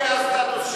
אז מה יהיה הסטטוס שלהם?